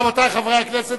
רבותי חברי הכנסת,